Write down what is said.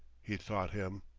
he thought him.